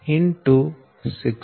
2 6